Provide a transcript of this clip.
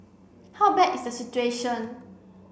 how bad is the situation